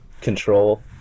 Control